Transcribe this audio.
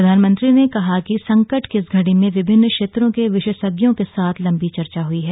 प्रधानमंत्री ने कहा कि संकट की इस घड़ी में विभिन्न क्षेत्रों के विशेषज्ञों के साथ लंबी चर्चा हुई है